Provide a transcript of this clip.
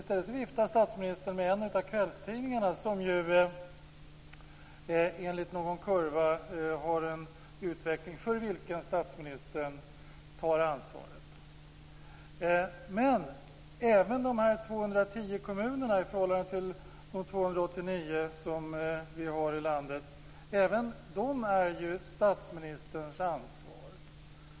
I stället viftar statsministern med en av kvällstidningarna som enligt någon kurva har en utveckling för vilken statsministern tar ansvar. Även de 210 kommunerna, att jämföra med de 289 vi har, är ju statsministerns ansvar.